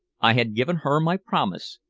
i had given her my promise,